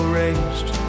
raised